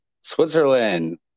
Switzerland